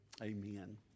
amen